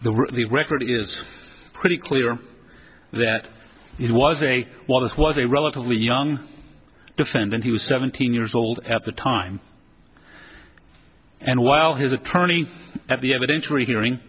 the the record is pretty clear that it was a while this was a relatively young defendant he was seventeen years old at the time and while his attorney at the evidentiary hearing